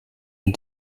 und